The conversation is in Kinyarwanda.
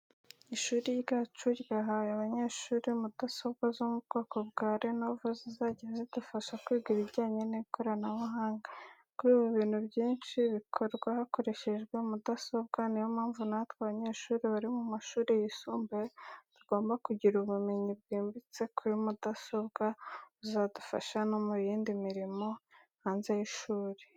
Ishuri ryacu ryahaye abanyeshuri mudasobwa zo mu bwoko bwa Lenovo zizajya zidufasha kwiga ibijyanye n’ikoranabuhanga. Kuri ubu, ibintu byinshi bikorwa hakoreshejwe mudasobwa, ni yo mpamvu natwe, abanyeshuri bari mu mashuri yisumbuye, tugomba kugira ubumenyi bwimbitse kuri mudasobwa, buzadufasha no mu yindi mirimo hanze y’ishuri.